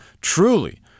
truly